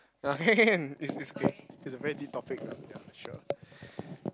ah can can can can is is is a very deep topic ah ya sure